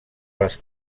les